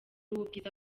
w’ubwiza